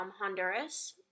Honduras